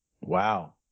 Wow